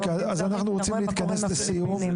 אוקיי, אז אנחנו רוצים להתכנס לסיום.